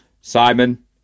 Simon